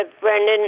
Brendan